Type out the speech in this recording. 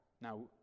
Now